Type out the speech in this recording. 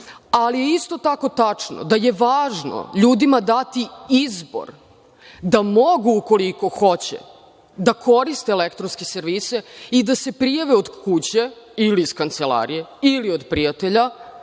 ali je isto tako tačno da je važno ljudima dati izbor da mogu ukoliko hoće da koriste elektronske servise i da se prijave od kuće ili iz kancelarije ili od prijatelja,